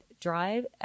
Drive